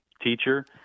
teacher